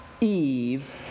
Eve